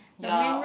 ya